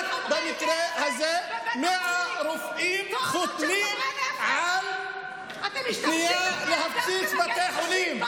רק במקרה הזה 100 רופאים חותמים על פנייה להפציץ בתי חולים.